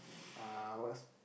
uh what's